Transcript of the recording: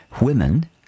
women